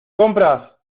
compras